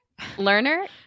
Lerner